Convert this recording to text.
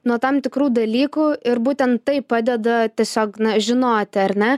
nuo tam tikrų dalykų ir būtent tai padeda tiesiog na žinoti ar na